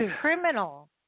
criminal